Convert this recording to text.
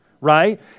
Right